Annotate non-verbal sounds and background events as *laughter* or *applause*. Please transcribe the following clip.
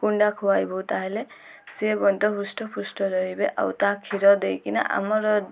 କୁଣ୍ଡା ଖୁଆାଇବୁ ତା'ହେଲେ ସିଏ *unintelligible* ହୃଷ୍ଟ ପୁଷ୍ଟ ରହିବେ ଆଉ ତା କ୍ଷୀର ଦେଇକିନା ଆମର